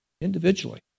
individually